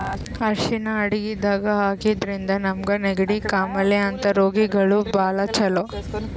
ಅರ್ಷಿಣ್ ಅಡಗಿದಾಗ್ ಹಾಕಿದ್ರಿಂದ ನಮ್ಗ್ ನೆಗಡಿ, ಕಾಮಾಲೆ ಅಂಥ ರೋಗಗಳಿಗ್ ಭಾಳ್ ಛಲೋ